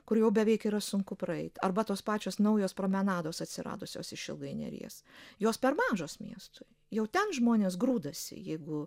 kur jau beveik yra sunku praeit arba tos pačios naujos promenados atsiradusios išilgai neries jos per mažos miestui jau ten žmonės grūdasi jeigu